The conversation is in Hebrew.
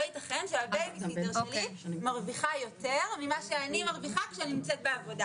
לא ייתכן שהבייביסיטר שלי מרוויחה יותר ממה שאני מרוויחה כשאני בעבודה,